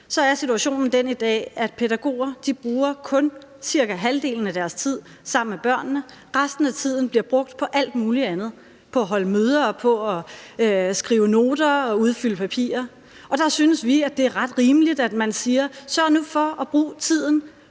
er situationen den i dag, at pædagoger bruger kun cirka halvdelen af deres tid sammen med børnene, og resten af tiden bliver brugt på alt muligt andet: på at holde møder, på at skrive noter og udfylde papirer. Der synes vi, at det er ret rimeligt, at man siger: Sørg nu for at bruge tiden